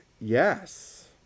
yes